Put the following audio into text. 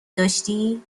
داشتی